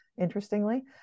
interestingly